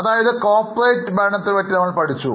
അതായത് കോർപ്പറേറ്റ് ഭരണത്തെക്കുറിച്ച് നമ്മൾ പഠിച്ചു